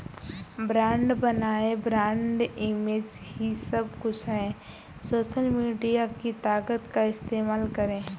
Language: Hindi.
ब्रांड बनाएं, ब्रांड इमेज ही सब कुछ है, सोशल मीडिया की ताकत का इस्तेमाल करें